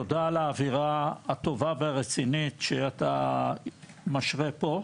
תודה על האווירה הטובה והרצינית שאתה משרה פה,